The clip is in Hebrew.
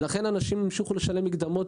מהסיבה הזאת אנשים המשיכו לשלם מקדמות,